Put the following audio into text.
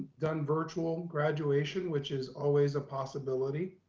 done virtual graduation, which is always a possibility.